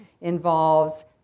involves